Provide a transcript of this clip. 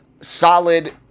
solid